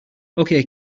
okay